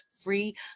free